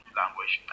language